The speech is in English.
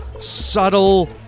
subtle